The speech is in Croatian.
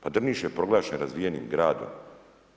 Pa Drniš je proglašen razvijenim gradove.